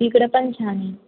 तिकडं पण छान आहे